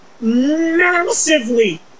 massively